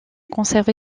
conservé